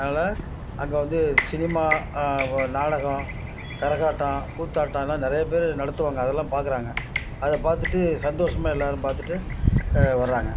அதனால் அங்கே வந்து சினிமா வ நாடகம் கரகாட்டம் கூத்தாட்டம் இதெல்லாம் நிறையா பேர் நடத்துவாங்க அதெல்லாம் பார்க்குறாங்க அதை பார்த்துட்டு சந்தோஷமாக எல்லோரும் பார்த்துட்டு வராங்க